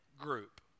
group